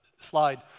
slide